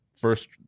first